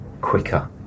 quicker